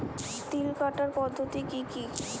তিল কাটার পদ্ধতি কি কি?